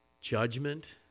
judgment